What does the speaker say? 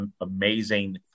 amazing